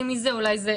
אולי הם היו.